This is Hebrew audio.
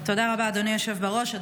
תודה רבה, אדוני היושב-ראש.